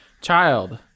Child